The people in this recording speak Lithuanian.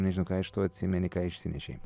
nežinau ką iš to atsimeni ką išsinešei